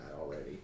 already